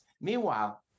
Meanwhile